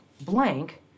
blank